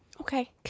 Okay